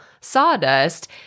sawdust